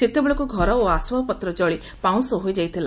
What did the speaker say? ସେତେବେଳକୁ ଘର ଓ ଆସବାବପତ୍ର ଜଳି ପାଉଁଶ ହୋଇଯାଇଥିଲା